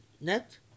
net